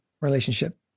relationship